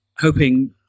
hoping